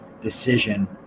decision